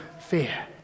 fear